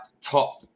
top